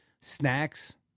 snacks